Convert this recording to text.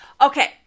Okay